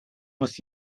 muss